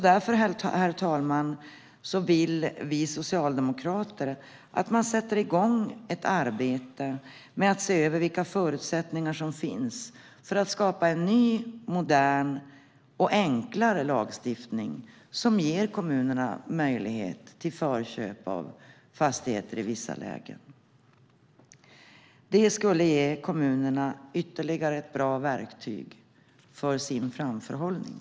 Därför, herr talman, vill vi socialdemokrater att man sätter i gång ett arbete med att se över vilka förutsättningar som finns för att skapa en ny, modern och enklare lagstiftning som ger kommunerna möjlighet till förköp av fastigheter i vissa lägen. Det skulle ge kommunerna ytterligare ett bra verktyg för sin framförhållning.